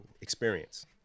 experience